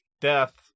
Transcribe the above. death